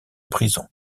prison